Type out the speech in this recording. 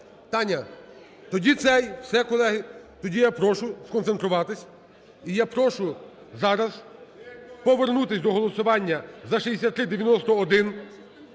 Таня? Тоді цей, все, колеги. Тоді я прошу сконцентруватись і я прошу зараз повернутись до голосування за 6391.